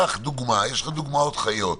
קח דוגמה, יש לך דוגמאות חיות,